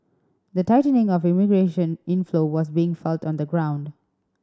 the tightening of immigration inflow was being felt on the ground